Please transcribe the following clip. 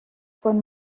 con